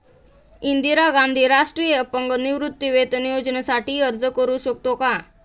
इंदिरा गांधी राष्ट्रीय अपंग निवृत्तीवेतन योजनेसाठी अर्ज करू शकतो का?